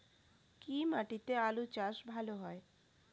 কি মাটিতে আলু চাষ ভালো হয়?